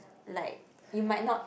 like you might not